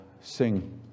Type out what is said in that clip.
sing